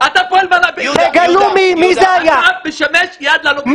אתה משמש יד ללוביסטים.